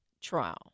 trial